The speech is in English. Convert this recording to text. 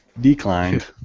declined